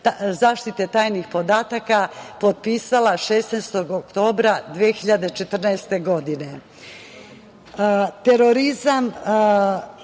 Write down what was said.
zaštite tajnih podataka potpisala 16. oktobra 2014.